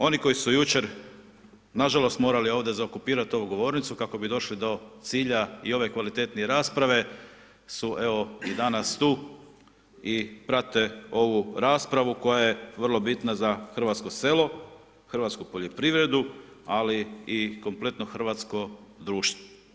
Oni koji su jučer nažalost morali ovdje zaokupirati ovu govornicu kako bi došli do cilja i ove kvalitetnije rasprave su evo danas tu i prate ovu raspravu koja je vrlo bitna za hrvatsko selo, hrvatsku poljoprivredu ali i kompletno hrvatsko društvo.